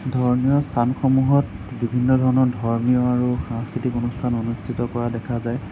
ধৰ্মীয় স্থানসমূহত বিভিন্ন ধৰণৰ ধৰ্মীয় আৰু সাংস্কৃতিক অনুষ্ঠান অনুষ্ঠিত কৰা দেখা যায়